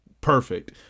perfect